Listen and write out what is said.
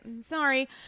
sorry